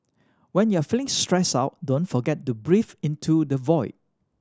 when you are feeling stressed out don't forget to breathe into the void